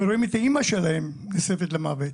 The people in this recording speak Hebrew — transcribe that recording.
והם רואים את האמא שלהם נשרפת למוות,